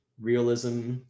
realism